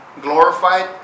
glorified